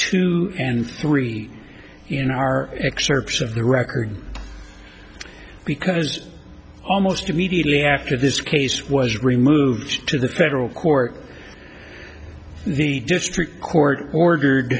two and three in our excerpts of the record because almost immediately after this case was removed to the federal court the district court ordered